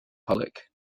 public